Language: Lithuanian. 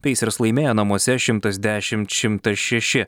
peisers laimėjo namuose šimtas dešimt šimtas šeši